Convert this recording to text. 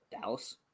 Dallas